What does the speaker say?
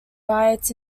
riots